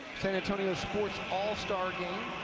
san antonio sports all-star game.